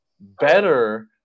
Better